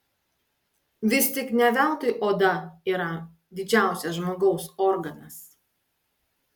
vis tik ne veltui oda yra didžiausias žmogaus organas